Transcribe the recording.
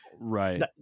Right